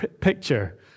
picture